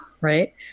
right